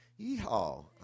Yeehaw